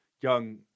young